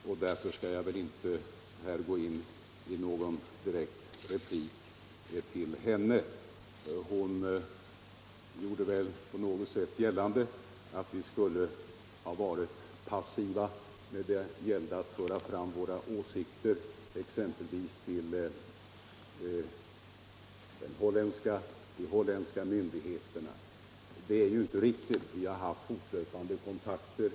Jag skall därför inte här gå in i någon direkt polemik mot henne. Hon tycktes anse att vi skulle ha varit passiva när det gällde att föra fram våra åsikter exempelvis till de holländska myndigheterna. Det är inte riktigt. Vi har haft fortlöpande kontakter.